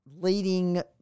leading